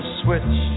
switch